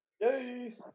yay